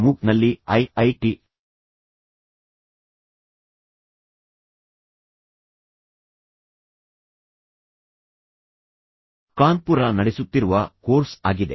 MOOC ನಲ್ಲಿ I I T Kanpur ನಡೆಸುತ್ತಿರುವ course ಆಗಿದೆ